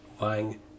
Wang